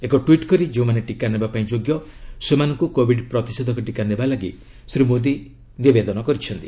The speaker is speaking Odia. ଏକ ଟ୍ୱିଟ୍ କରି ଯେଉଁମାନେ ଟିକା ନେବା ପାଇଁ ଯୋଗ୍ୟ ସେମାନଙ୍କୁ କୋବିଡ ପ୍ରତିଷେଧକ ଟିକା ନେବାକୁ ଶ୍ରୀ ମୋଦୀ ନିବେଦନ କରିଛନ୍ତି